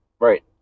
Right